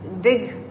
dig